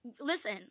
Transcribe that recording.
listen